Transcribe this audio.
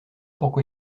pourquoi